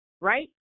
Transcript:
right